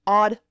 odd